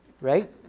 right